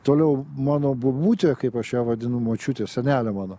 toliau mano bobutė kaip aš ją vadinu močiutė senelė mano